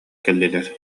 кэллилэр